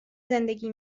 زندگی